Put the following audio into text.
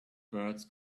birds